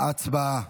הצבעה.